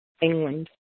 England